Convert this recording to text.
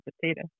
potato